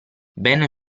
ben